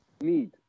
Need